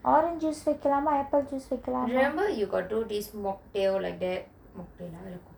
orange juice வைக்கலாமா:vaikalaama apple juice வைக்கலாமா:vaikalaama